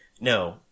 No